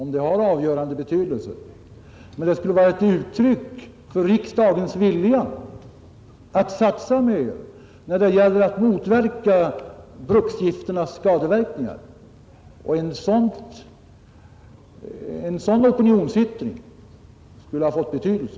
Men ett höjt anslag skulle vara ett uttryck för riksdagens vilja att satsa mera när det gäller att motverka bruksgifternas skadeverkningar och en sådan opinionsyttring skulle ha fått betydelse.